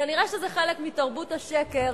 כנראה שזה חלק מתרבות השקר